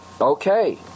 okay